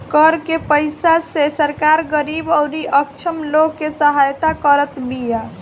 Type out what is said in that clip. कर के पईसा से सरकार गरीबी अउरी अक्षम लोग के सहायता करत बिया